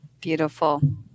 Beautiful